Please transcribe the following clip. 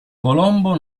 colombo